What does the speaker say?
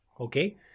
Okay